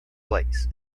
place